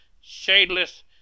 shadeless